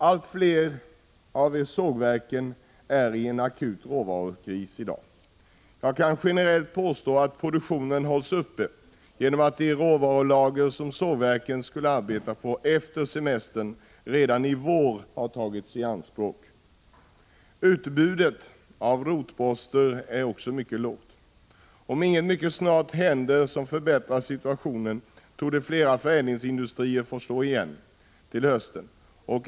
Allt fler av sågverken råkar i dag i en akut råvarukris. Jag kan generellt påstå att produktionen hålls uppe genom att de råvarulager som sågverken skulle arbeta med efter semestrarna har tagits i anspråk redan i vår. Utbudet av rotposter är också mycket lågt. Om inget mycket snart händer som förbättrar situationen, torde flera förädlingsindustrier få slå igen till hösten.